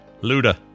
Luda